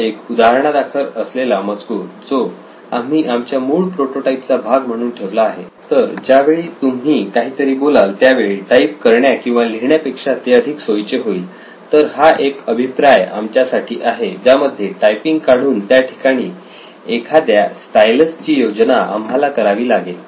हा एक उदाहरणादाखल असलेला मजकूर जो आम्ही आमच्या मूळ प्रोटोटाइप चा भाग म्हणून ठेवला आहे तर जेव्हा तुम्ही काहीतरी बोलाल त्यावेळी टाईप करण्या किंवा लिहिण्या पेक्षा ते अधिक सोयीचे होईल तर हा एक अभिप्राय आमच्यासाठी आहे ज्यामध्ये टायपिंग काढून त्या ठिकाणी एखाद्या स्टायलस ची योजना आम्हाला करावी लागेल